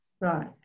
Right